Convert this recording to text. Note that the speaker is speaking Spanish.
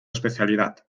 especialidad